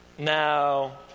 Now